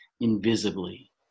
invisibly